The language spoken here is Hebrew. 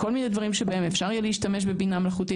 כל מיני דברים שבהם אפשר יהיה להשתמש בבינה מלאכותית.